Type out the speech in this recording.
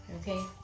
Okay